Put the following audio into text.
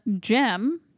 Gem